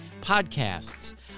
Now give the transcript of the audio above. podcasts